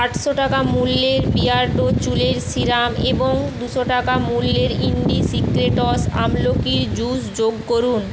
আটশো টাকা মূল্যের বিয়ার্ডো চুলের সিরাম এবং দুশো টাকা মূল্যের ইন্ডিসিক্রেটস আমলোকির জুস যোগ করুন